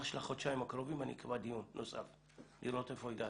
של החודשיים הקרובים לראות איפה הגעתם.